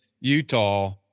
utah